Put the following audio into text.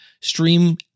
stream